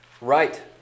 Right